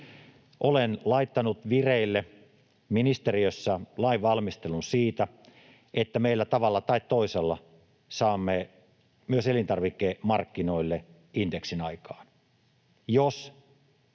Olen laittanut vireille ministeriössä lainvalmistelun siitä, että me tavalla tai toisella saamme myös elintarvikemarkkinoille indeksin aikaan,